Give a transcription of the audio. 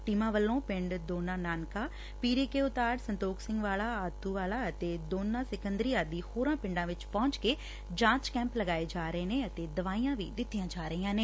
ਟੀਮਾ ਵੱਲੋਂ ਪਿੰਡ ਦੋਨਾ ਨਾਨਕਾ ਪੀਰੇ ਦੇ ਉਗੜ ਸੰਤੋਖ ਸਿੰਘ ਵਾਲਾ ਆਤੂ ਵਾਲਾ ਅਤੇ ਦੋਨਾ ਸਿੰਕਦਰੀ ਹੋਰ ਪਿੰਡਾ ਵਿਚ ਪਹੂੰਚ ਕੇ ਜਾਂਚ ਕੈਂਪ ਲਗਾਏ ਜਾ ਰਹੇ ਨੇ ਅਤੇ ਦਵਾਈਆਂ ਦਿੱਤੀਆਂ ਜਾ ਰਹੀਆਂ ਨੇ